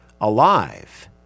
alive